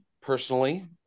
personally